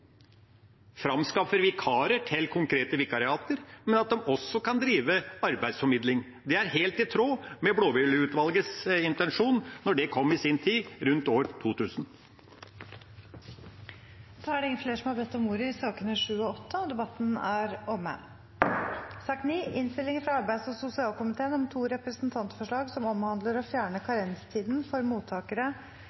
framskaffer vikarer til konkrete vikariater, og at de også kan drive arbeidsformidling. Det er helt i tråd med Blaalid-utvalgets intensjon da det kom i sin tid, rundt år 2000. Flere har ikke bedt om ordet til sakene nr. 7 og 8. Etter ønske fra arbeids- og sosialkomiteen